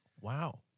wow